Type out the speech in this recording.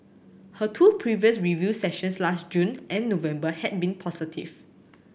her two previous review sessions last June and November had been positive